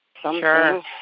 Sure